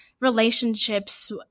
relationships